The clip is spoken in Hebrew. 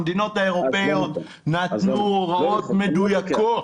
המדינות האירופאיות נתנו הוראות מדויקות.